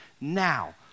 now